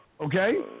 Okay